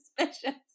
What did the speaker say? suspicious